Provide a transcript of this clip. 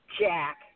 Jack